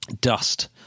dust